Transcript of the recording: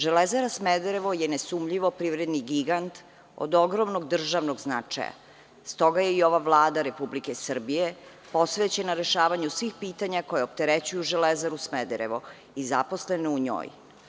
Železara Smederevo“ je nesumnjivo privredni gigant od ogromnog državnog značaja, stoga je i ova Vlada Republike Srbije posvećena rešavanju svih pitanja koja opterećuju „Železaru Smederevo“ i zaposlene u njoj.